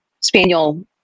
spaniel